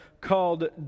called